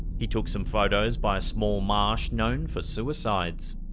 he took some photos by a small marsh known for suicides.